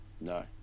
No